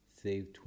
Save